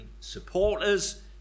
supporters